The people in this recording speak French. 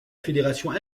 fédération